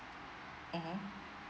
mmhmm